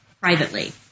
privately